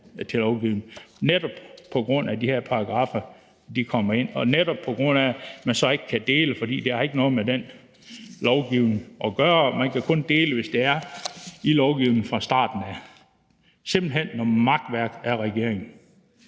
til lovforslaget, netop på grund af at de her paragraffer kommer ind, og netop på grund af at man så ikke kan dele det, fordi det ikke har noget med det lovforslag at gøre. Man kan kun dele det, hvis de er i lovforslaget fra starten af. Det er simpelt hen noget makværk af regeringen.